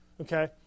okay